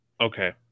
Okay